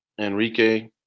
Enrique